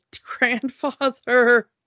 grandfather